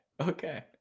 okay